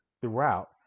throughout